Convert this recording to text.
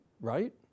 right